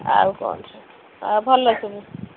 ଆଉ କ'ଣ ସବୁ ଆ ଭଲ ସବୁ